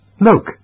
Look